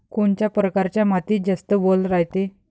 कोनच्या परकारच्या मातीत जास्त वल रायते?